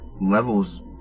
levels